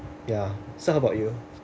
ya so how about you